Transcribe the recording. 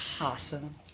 Awesome